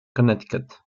connecticut